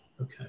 Okay